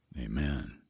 Amen